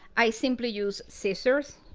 i simply use scissors.